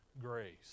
grace